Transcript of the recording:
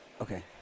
Okay